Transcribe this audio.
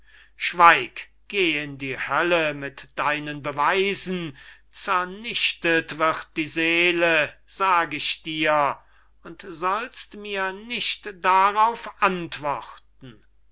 schweig geh in die hölle mit deinen beweisen zernichtet wird die seele sag ich dir und sollst mir nicht darauf antworten